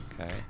Okay